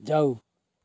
जाऊ